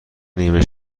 نیمه